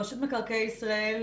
רשות מקרקעי ישראל,